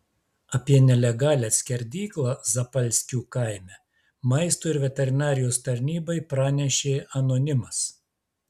apie nelegalią skerdyklą zapalskių kaime maisto ir veterinarijos tarnybai pranešė anonimas